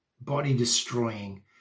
body-destroying